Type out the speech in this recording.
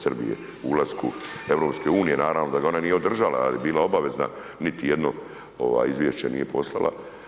Srbije u ulasku EU-a, naravno da ga ona nije održala ali je bila obavezna, niti jedno izvješće nije poslala.